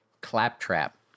Claptrap